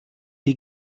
die